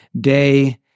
day